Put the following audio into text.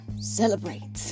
celebrate